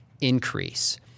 increase